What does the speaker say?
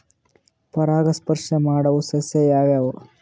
ಪರಾಗಸ್ಪರ್ಶ ಮಾಡಾವು ಸಸ್ಯ ಯಾವ್ಯಾವು?